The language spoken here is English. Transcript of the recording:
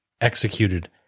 executed